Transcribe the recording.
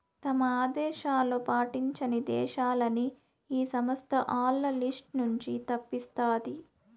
తమ ఆదేశాలు పాటించని దేశాలని ఈ సంస్థ ఆల్ల లిస్ట్ నుంచి తప్పిస్తాది